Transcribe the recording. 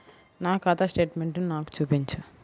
నా ఖాతా స్టేట్మెంట్ను నాకు చూపించు